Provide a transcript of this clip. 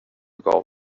gav